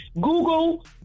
Google